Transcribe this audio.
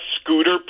scooter